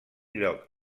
lloc